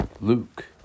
Luke